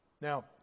Now